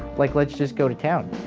like let's just go to town